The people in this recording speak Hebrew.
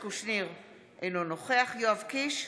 אינו נוכח יואב קיש,